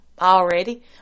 already